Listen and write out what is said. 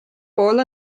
pool